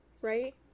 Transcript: right